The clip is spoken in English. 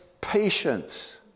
patience